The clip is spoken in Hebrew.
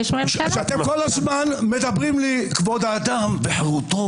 אתם כל הזמן מדברים: כבוד האדם וחירותו.